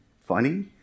Funny